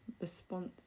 response